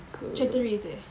Chateraise eh